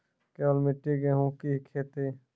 केवल मिट्टी गेहूँ की खेती?